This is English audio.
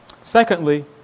Secondly